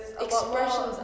expressions